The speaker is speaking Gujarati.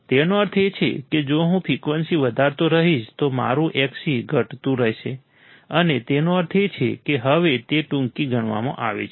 તેનો અર્થ એ છે કે જો હું ફ્રિકવન્સી વધારતો રહીશ તો મારું Xc ઘટતું રહેશે અને તેનો અર્થ એ છે કે હવે તેને ટૂંકી ગણવામાં આવે છે